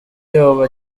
yoba